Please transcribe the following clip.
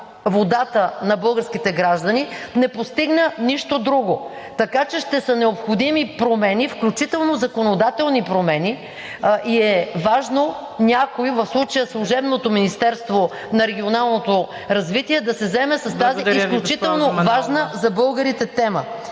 водата на българските граждани, не постигна нищо друго. Така че ще са необходими промени, включително законодателни промени, и е важно някой – в случая служебното Министерство на регионалното развитие, да се заеме с тази изключително важна за българите тема.